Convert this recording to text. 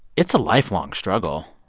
it's a lifelong struggle.